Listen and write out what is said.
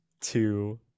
two